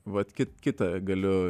vat kit kitą galiu